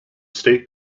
state